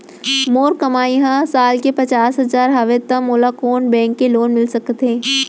मोर कमाई ह साल के पचास हजार हवय त मोला कोन बैंक के लोन मिलिस सकथे?